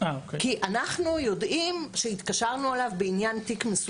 כי אנחנו יודעים שהתקשרנו אליו בעניין תיק מסוים.